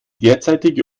derzeitige